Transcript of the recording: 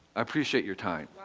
appreciate your time.